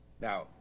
Now